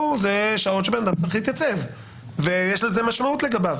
הן שעות שבהן אדם צריך להתייצב ויש לזה משמעות לגביו.